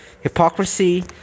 hypocrisy